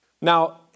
Now